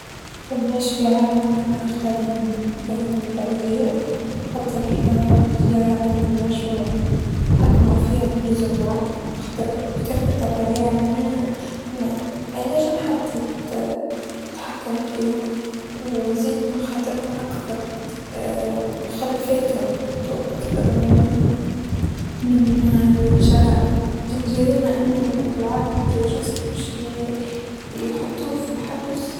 بختار عالم مابو جريمة، خالي من الجريمة تماما، لان الجريمة هذي من-من صنع الانسان، نتاج أيدينا احنا، لكن الكوارث الطبيعية زلازل براكين، فيضانات، ترا هذه كلها من الأرض تتنفس تطلع ما فيها لا نفع ومضرة بنفس الوجت.